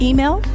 Email